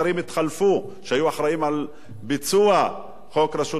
שהיו אחראים לביצוע חוק רשות השידור.